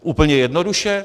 Úplně jednoduše?